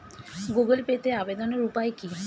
Google পেতে আবেদনের উপায় কি?